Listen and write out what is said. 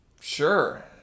sure